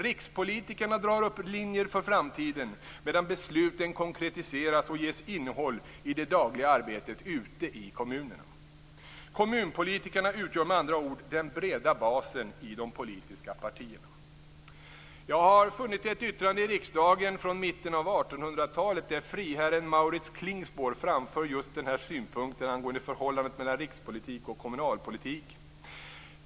Rikspolitikerna drar upp linjer för framtiden, medan besluten konkretiseras och ges innehåll i det dagliga arbetet ute i kommunerna. Kommunpolitikerna utgör med andra ord den breda basen i de politiska partierna. Jag har funnit ett yttrande i riksdagen från mitten av 1800-talet där friherren Mauritz Klingspor framför just den här synpunkten angående förhållandet mellan rikspolitik och kommunalpolitik.